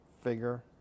figure